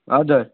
हजुर